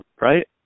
Right